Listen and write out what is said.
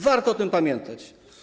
Warto o tym pamiętać.